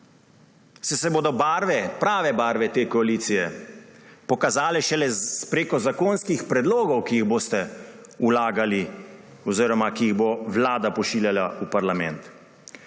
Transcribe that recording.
saj se bodo barve, prave barve te koalicije pokazale šele prek zakonskih predlogov, ki jih boste vlagali oziroma ki jih bo Vlada pošiljala v parlament.